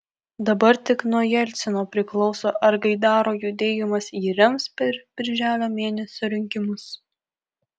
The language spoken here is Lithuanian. dabar tik nuo jelcino priklauso ar gaidaro judėjimas jį rems per birželio mėnesio rinkimus